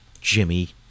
Jimmy